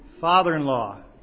father-in-law